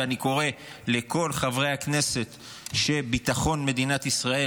ואני קורא לכל חברי הכנסת שביטחון מדינת ישראל